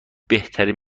بهترین